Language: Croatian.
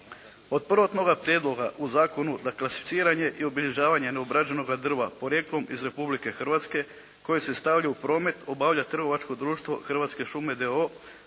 Od prvotnoga prijedloga u zakona na klasificiranja i obilježavanje neobrađenoga drva porijeklom iz Republike Hrvatske koji se stavlja u promet obavlja trgovačko društvo Hrvatske šume d.o.o.